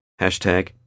Hashtag